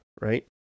right